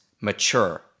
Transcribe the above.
mature